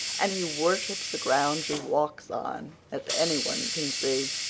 and he worships the ground she walks on, as any one can see.